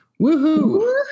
Woohoo